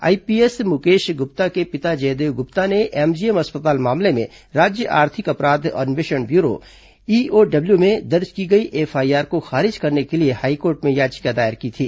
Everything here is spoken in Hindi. आईपीएस मुकेश गुप्ता के पिता जयदेव गुप्ता ने एमजीएम अस्पताल मामले में राज्य आर्थिक अपराध अन्वेषण ब्यूरो ईओडब्ल्यू में दर्ज की गई एफआईआर को खारिज करने के लिए हाईकोर्ट में याचिका दायर की थी